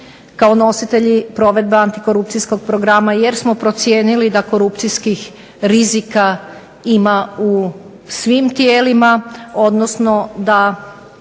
kao nositelji provedbe antikorupcijskog programa, jer smo procijenili da korupcijskih rizika ima u svim tijelima, odnosno da